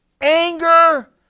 anger